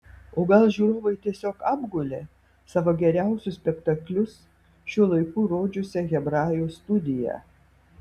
o gal žiūrovai tiesiog apgulė savo geriausius spektaklius šiuo laiku rodžiusią hebrajų studiją